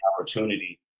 opportunity